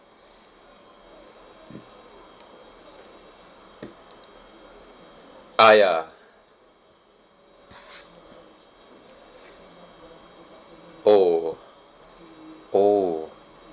!aiya! oh oh